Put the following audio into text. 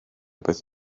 beth